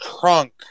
trunk